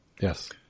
Yes